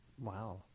Wow